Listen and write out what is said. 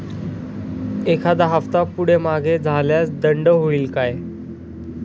एखादा हफ्ता पुढे मागे झाल्यास दंड होईल काय?